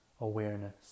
awareness